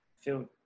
feel